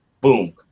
boom